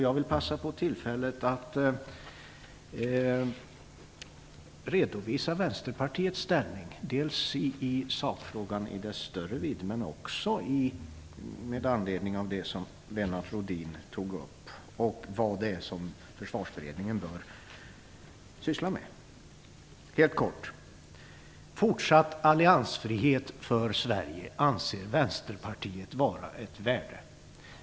Jag vill passa på tillfället att redovisa Vänsterpartiets ställningstagande, dels i sakfrågan i dess större vid, dels med anledning av det som Lennart Rohdin tog upp och dessutom frågan om vad Försvarsberedningen bör syssla med. Helt kort: Fortsatt alliansfrihet för Sverige anser Vänsterpartiet vara ett värde.